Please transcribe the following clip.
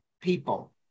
people